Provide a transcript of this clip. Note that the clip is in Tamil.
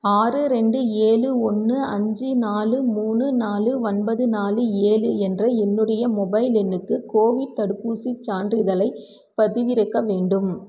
ஆறு ரெண்டு ஏழு ஒன்று அஞ்சு நாலு மூணு நாலு ஒன்பது நாலு ஏழு என்ற என்னுடைய மொபைல் எண்ணுக்கு கோவிட் தடுப்பூசிச் சான்றிதழைப் பதிவிறக்க வேண்டும்